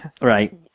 right